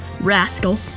Rascal